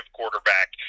quarterback